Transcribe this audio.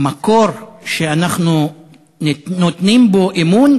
מח"ש היא מקור שאנחנו נותנים בו אמון?